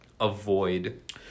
avoid